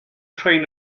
train